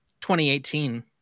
2018